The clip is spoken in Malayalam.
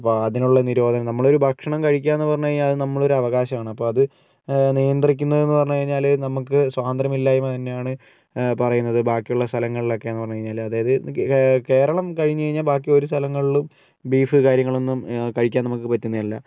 അപ്പോൾ അതിനുള്ള നിരോധനം നമ്മളൊരു ഭക്ഷണം കഴിക്കുകയെന്ന് പറഞ്ഞു കഴിഞ്ഞാൽ നമ്മളുടെ ഒരു അവകാശമാണ് അപ്പം അത് നിയന്ത്രിക്കുന്നത് എന്ന് പറഞ്ഞ് കഴിഞ്ഞാൽ നമുക്ക് സ്വാതന്ത്രമില്ലായ്മ തന്നെയാണ് പറയുന്നത് ബാക്കിയുള്ള സ്ഥലങ്ങളിലൊക്കെ എന്ന് പറഞ്ഞു കഴിഞ്ഞാൽ അതായത് കേ കേരളം കഴിഞ്ഞ് കഴിഞ്ഞാൽ ബാക്കി ഒരു സ്ഥലങ്ങളിലും ബീഫ് കാര്യങ്ങളൊന്നും കഴിക്കാൻ നമുക്ക് പറ്റുന്നതല്ല